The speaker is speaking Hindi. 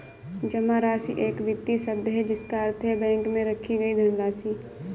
जमा राशि एक वित्तीय शब्द है जिसका अर्थ है बैंक में रखी गई धनराशि